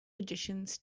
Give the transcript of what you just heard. additions